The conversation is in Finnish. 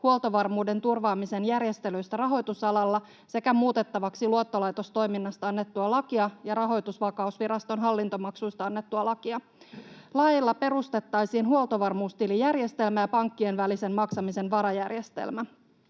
huoltovarmuuden turvaamisen järjestelyistä rahoitusalalla sekä muutettavaksi luottolaitostoiminnasta annettua lakia ja Rahoitusvakausviraston hallintomaksuista annettua lakia. Laeilla perustettaisiin huoltovarmuustilijärjestelmä ja pankkien välisen maksamisen varajärjestelmä.